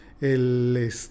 el